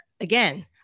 again